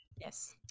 Yes